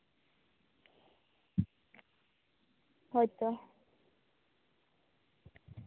ᱦᱳᱭᱛᱚ